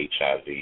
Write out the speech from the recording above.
HIV